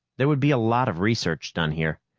there would be a lot of research done here.